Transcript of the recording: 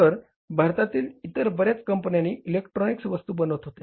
तर भारतातील इतर बर्याच कंपन्या इलेक्ट्रॉनिक्स वस्तू बनवत होत्या